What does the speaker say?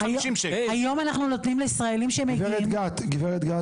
היום אנחנו נותנים לישראלים שמגיעים --- גברת גת,